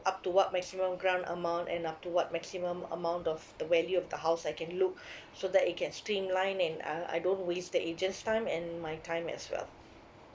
up to what maximum grant amount and up to what maximum amount of the value of the house I can look so that it can streamline and uh I don't waste the agent's time and my time as well